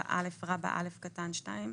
7א(א)(2),